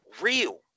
real